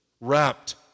wrapped